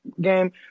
game